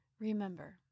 Remember